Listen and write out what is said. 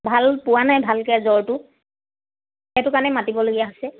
ভাল পোৱা নাই ভালকে জ্বৰটো সেইটো কাৰণে মাতিবলগীয়া হৈছে